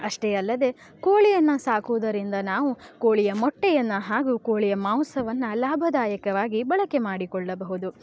ಅಷ್ಟೇ ಅಲ್ಲದೆ ಕೋಳಿಯನ್ನು ಸಾಕುವುದರಿಂದ ನಾವು ಕೋಳಿಯ ಮೊಟ್ಟೆಯನ್ನು ಹಾಗೂ ಕೋಳಿಯ ಮಾಂಸವನ್ನು ಲಾಭದಾಯಕವಾಗಿ ಬಳಕೆ ಮಾಡಿಕೊಳ್ಳಬಹುದು